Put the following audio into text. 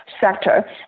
sector